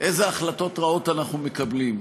איזה החלטות רעות אנחנו מקבלים,